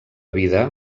vida